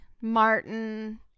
Martin